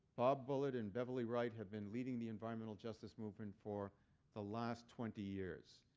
bob bullard and beverly wright have been leading the environmental justice movement for the last twenty years.